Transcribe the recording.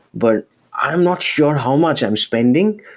but i am not sure how much i'm spending,